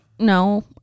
No